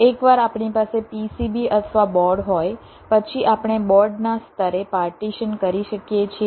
એકવાર આપણી પાસે PCB અથવા બોર્ડ હોય પછી આપણે બોર્ડના સ્તરે પાર્ટીશન કરી શકીએ છીએ